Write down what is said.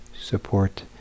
support